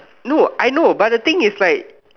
no I know but the thing is like